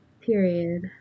period